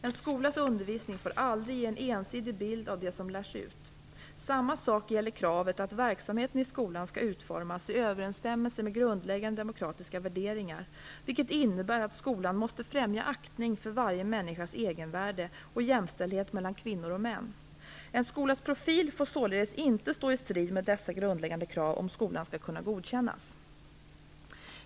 En skolas undervisning får aldrig ge en ensidig bild av det som lärs ut. Samma sak gäller kravet att verksamheten i skolan skall utformas i överensstämmelse med grundläggande demokratiska värderingar, vilket innebär att skolan måste främja aktning för varje människas egenvärde och jämställdhet mellan kvinnor och män. En skolas profil får således inte stå i strid med dessa grundläggande krav om skolan skall kunna godkännas.